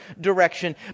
direction